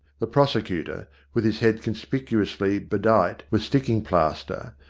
the prosecutor, with his head conspicuously bedight with sticking plaster,